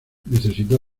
necesitó